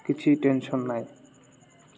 କିଛି ଟେନସନ୍ ନାହିଁ